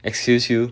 excuse you